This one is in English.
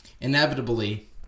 inevitably